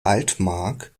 altmark